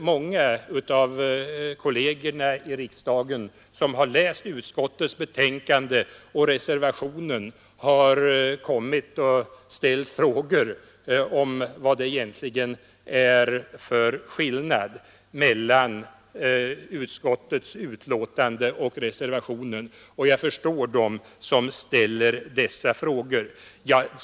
Många av kollegerna i kammaren, som har läst utskottets betänkande och reserva 127 tionen, har kommit och frågat vad det egentligen är för skillnad mellan utskottsbetänkandet och reservationen. Och jag förstår dem som ställer den frågan.